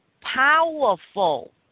powerful